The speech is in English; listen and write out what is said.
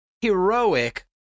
heroic